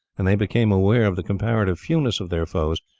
and they became aware of the comparative fewness of their foes,